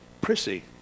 Prissy